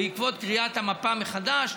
בעקבות קריאת המפה מחדש,